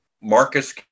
Marcus